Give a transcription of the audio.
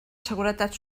seguretat